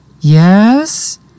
Yes